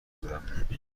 بودم